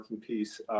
piece